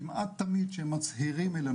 כמעט תמיד שמצהירים אלינו,